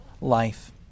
life